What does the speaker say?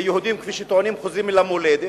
יהודים, כפי שטוענים, חוזרים אל המולדת,